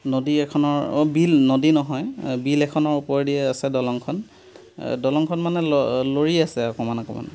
নদী এখনৰ অ' বিল নদী নহয় বিল এখনৰ ওপৰেদি আছে দলঙখন দলঙখন মানে লৰি আছে অকণমান অকণমান